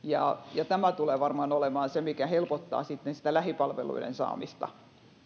tämä tulee varmaan olemaan se mikä helpottaa sitten sitä lähipalveluiden saamista